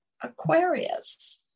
Aquarius